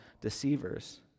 deceivers